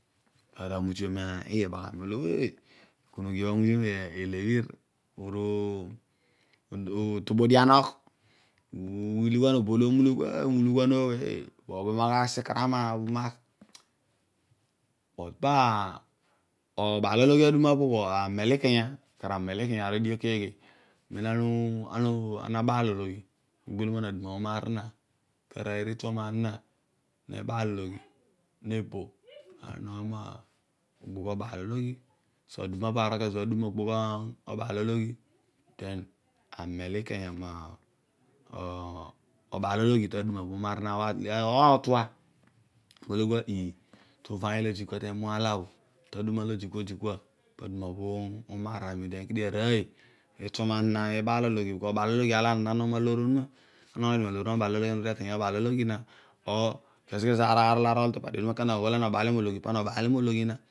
Aruamutiom ibaghami, olo eh, ikunughi mo elebhir olo udubudianogh, ughiil ighianogh, obolo omulughu umulughuanogh, obo obhamagh asikarama, ubhamagh but ka obaaloghi aduma opo bho po amel ikanya amel ikanya, aar bho adighi bho keghe amen amen nabaalologhi, agboloman aduma bho umar zina bho, paarooy olo ituaman zina nebo, nanogho zina omogbogh obaaloghi, so aduma pobho arol kezo bho adume ebaaloghi den amel ikanya mobahl aloghi taduma bho umar zina bho ana tanogho madoor onuma ana onogho dio loor onuma mebaalologhi, du ana orue dio ateeny ebaaliologhi na or kezo kezo aar arol arol arolom topadi onuma kana agho ana obaalo mogloghi, ana obaalomologhi na.